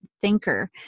thinker